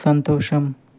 సంతోషం